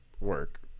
Work